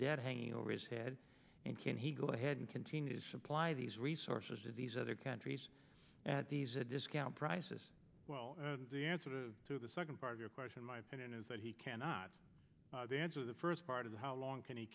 debt hanging over his head and can he go ahead and continue his supply these resources in these other countries at these a discount prices well the answer to the second part of your question my opinion is that he cannot answer the first part of the how long can